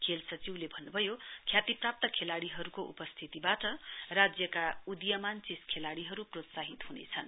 खेल सचिवरले भन्नुभयो ख्यातिप्राप्त खेलाड़ीहरूको उस्थितीबाट राज्यका उदीयमान चेस खेलाड़ीहरू प्रोत्साहित हुनेछन्